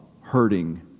hurting